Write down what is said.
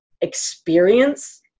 experience